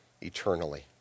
eternally